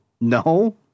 No